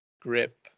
grip